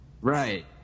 right